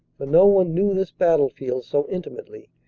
for no one knew this battlefield so intimately,